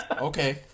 okay